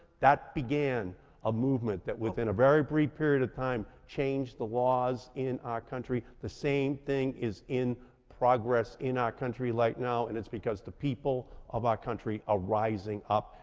that began a movement that within a very brief period of time changed the laws in our country. the same thing is in progress in our country right like now, and it's because the people of our country are rising up,